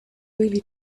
really